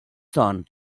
son